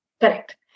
Correct